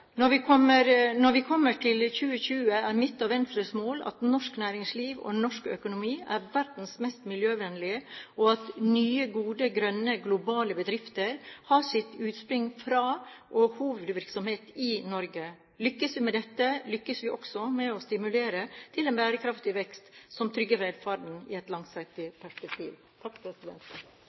Når vi kommer til 2020, er mitt og Venstres mål at norsk næringsliv og norsk økonomi er verdens mest miljøvennlige, og at nye, gode, grønne, globale bedrifter har sitt utspring fra og hovedvirksomhet i Norge. Lykkes vi med dette, lykkes vi også med å stimulere til en bærekraftig vekst som trygger velferden i et langsiktig